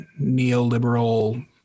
neoliberal